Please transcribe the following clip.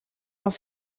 dans